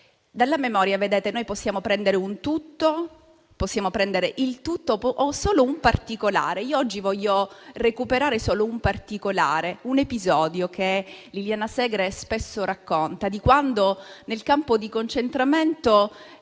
Dalla memoria noi possiamo prendere tutto o solo un particolare. Io oggi voglio recuperare solo un particolare, un episodio, che Liliana Segre spesso racconta, di quando, nel campo di concentramento,